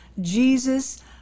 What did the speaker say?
Jesus